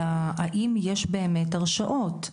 אלא האם יש באמת הרשעות,